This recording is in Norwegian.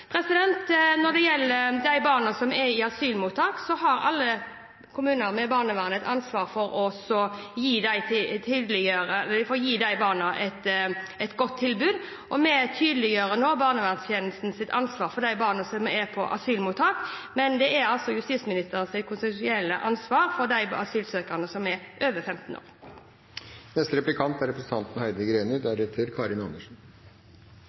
Når det gjelder de barna som er i asylmottak, har alle kommunene ved barnevernet et ansvar for å gi dem et godt tilbud. Vi tydeliggjør nå barnevernstjenestens ansvar for barna som er på asylmottak, men det er justisministeren som har det konstitusjonelle ansvaret for de asylsøkerne som er over 15 år.